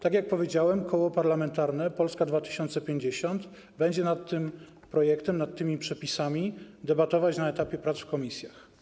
Tak jak powiedziałem, Koło Parlamentarne Polska 2050 będzie nad tym projektem, nad tymi przepisami debatować na etapie prac w komisjach.